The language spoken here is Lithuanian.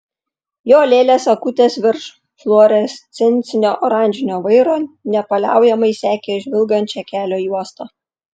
jo lėlės akutės virš fluorescencinio oranžinio vairo nepaliaujamai sekė žvilgančią kelio juostą